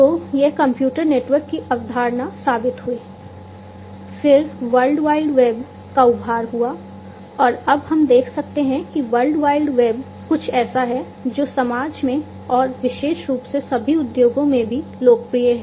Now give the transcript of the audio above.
तो यह computer network की अवधारणा साबित हुई फिर वर्ल्ड वाइड वेब का उभार हुआ और अब हम देख सकते हैं कि वर्ल्ड वाइड वेब कुछ ऐसा है जो समाज में और विशेष रूप से सभी उद्योगों में भी लोकप्रिय है